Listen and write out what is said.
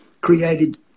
created